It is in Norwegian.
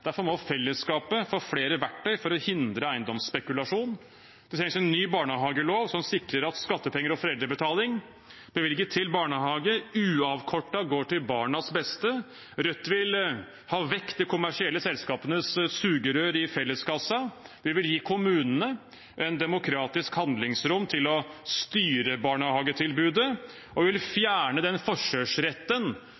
Derfor må fellesskapet få flere verktøy for å hindre eiendomsspekulasjon. Det trengs en ny barnehagelov som sikrer at skattepenger og foreldrebetaling bevilget til barnehager uavkortet går til barnas beste. Rødt vil ha vekk de kommersielle selskapenes sugerør i felleskassa. Vi vil gi kommunene et demokratisk handlingsrom til å styre barnehagetilbudet, og vi vil